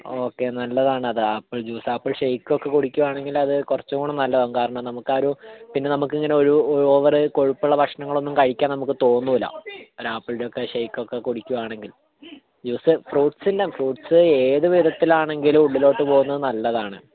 okay നല്ലതാണത് apple juice apple shake ഒക്കെ കുടിക്കുവാണെങ്കിൽ അത് കുറച്ചുകൂടെ നല്ലതാവും കാരണം നമുക്ക് ആ ഒരു പിന്നെ നമുക്കിങ്ങനെ ഒരു ഓവർ കൊഴുപ്പുള്ള ഭക്ഷണങ്ങളൊന്നും കഴിക്കാൻ നമുക്ക് തോന്നില്ല അങ്ങനെ അപ്പിളിന്റെയൊക്കെ ഷെയ്ക്ക് ഒക്കെ കുടിക്കുവാണെങ്കിൽ ജ്യൂസ് ഫ്രൂട്ട്സ് ഫ്രൂട്ട്സ് ഏത് വിധത്തിലാണെങ്കിലും ഉള്ളിനകത്ത് പോവുന്നത് നല്ലതാണ്